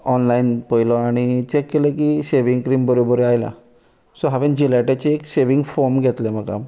online पळयलो आनी check केलें की शेविंग क्रीम बरोबर आयला सो हांवें जिलेटाची एक शेविंग फोम घेतलें म्हाका